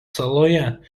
saloje